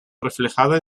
reflejada